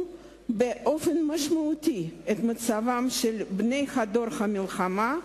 באופן משמעותי את מצבם של בני דור המלחמה,